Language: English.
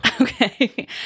Okay